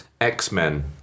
X-Men